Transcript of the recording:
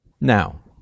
Now